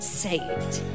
saved